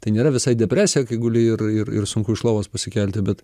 tai nėra visai depresija kai guli ir ir ir sunku iš lovos pasikelti bet